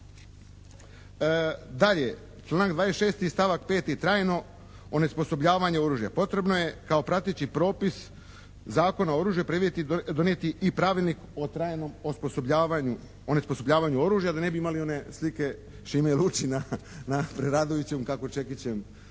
Dalje, članak 26. stavak 5. trajno onesposobljavanje oružja potrebno je kao prateći propis Zakona o oružju donijeti o pravilnik o trajnom osposobljavanju, onesposobljavanju oružja da ne bi imali one slike Šime Lučina na …/Govornik se ne